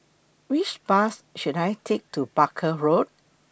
Which Bus should I Take to Barker Road